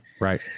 Right